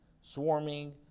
swarming